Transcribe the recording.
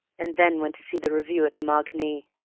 and then went to see the revue at the marigny.